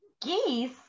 Geese